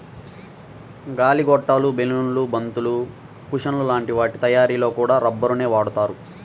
గాలి గొట్టాలు, బెలూన్లు, బంతులు, కుషన్ల లాంటి వాటి తయ్యారీలో కూడా రబ్బరునే వాడతారు